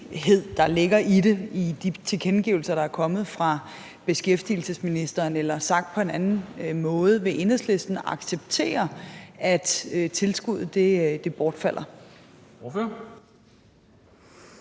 der ligger i de tilkendegivelser, der er kommet fra beskæftigelsesministeren. Eller sagt på en anden måde: Vil Enhedslisten acceptere, at tilskuddet bortfalder?